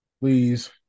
Please